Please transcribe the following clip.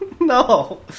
No